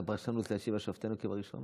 קיבלת פרשנות ל"השיבה שופטינו כבראשונה".